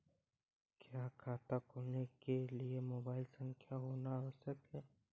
क्या खाता खोलने के लिए मोबाइल संख्या होना आवश्यक है?